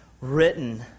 Written